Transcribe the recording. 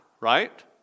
right